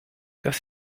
dass